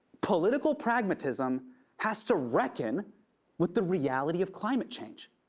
political pragmatism has to reckon with the reality of climate change.